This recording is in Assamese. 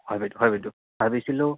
হয় বাইদেউ হয় বাইদেউ ভাবিছিলোঁ